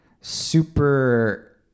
super